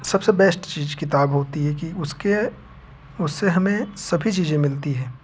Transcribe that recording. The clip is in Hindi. सबसे बेस्ट चीज किताब होती है कि उसके उससे हमें सभी चीजें मिलती हैं